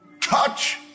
touch